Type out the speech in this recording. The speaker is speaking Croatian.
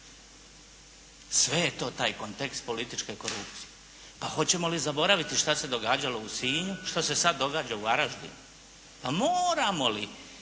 Sve je to taj kontekst političke korupcije. Pa hoćemo li zaboraviti što se događalo u Sinju, što se sada događa u Varaždinu? Pa moramo li